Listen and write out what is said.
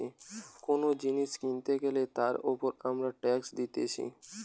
কোন জিনিস কিনতে গ্যালে তার উপর আমরা ট্যাক্স দিতেছি